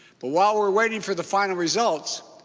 but while we're waiting for the final results,